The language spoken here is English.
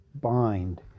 bind